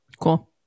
Cool